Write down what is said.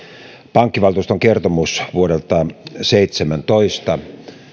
pankkivaltuuston kertomus vuodelta seitsemäntoista